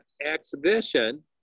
exhibition